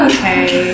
Okay